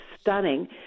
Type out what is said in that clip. stunning